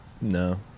No